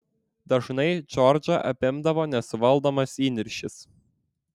dažnai džordžą apimdavo nesuvaldomas įniršis